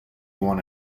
one